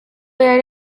yari